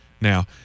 now